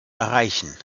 erreichen